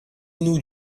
nous